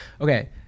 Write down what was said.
Okay